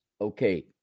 Okay